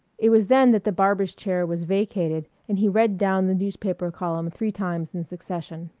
it was then that the barber's chair was vacated and he read down the newspaper column three times in succession.